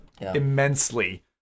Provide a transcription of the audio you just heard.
immensely